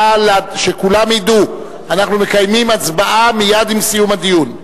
שכולם ידעו: אנחנו מקיימים הצבעה מייד עם סיום הדיון.